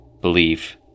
believe